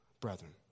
brethren